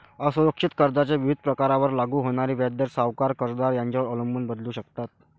असुरक्षित कर्जाच्या विविध प्रकारांवर लागू होणारे व्याजदर सावकार, कर्जदार यांच्यावर अवलंबून बदलू शकतात